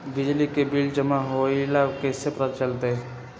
बिजली के बिल जमा होईल ई कैसे पता चलतै?